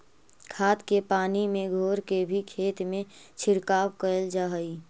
खाद के पानी में घोर के भी खेत में छिड़काव कयल जा हई